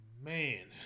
Man